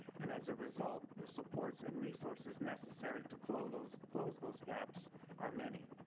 and as a result the support and resources necessary to close those close those gaps are many.